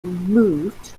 moved